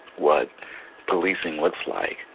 what policing looks like,